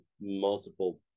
multiple